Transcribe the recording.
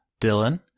Dylan